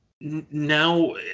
now